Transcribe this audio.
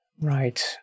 Right